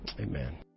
Amen